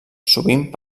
sovint